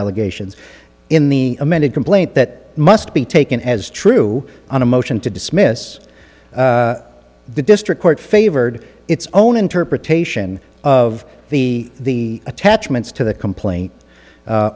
allegations in the amended complaint that must be taken as true on a motion to dismiss the district court favored its own interpretation of the attachments to the complain